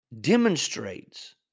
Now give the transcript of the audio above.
demonstrates